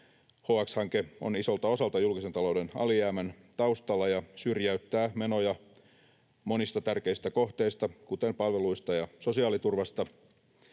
HX-hanke on isolta osalta julkisen talouden alijäämän taustalla ja syrjäyttää menoja monista tärkeistä kohteista, kuten palveluista ja sosiaaliturvasta,